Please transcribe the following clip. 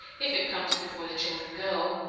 if it comes before the children go.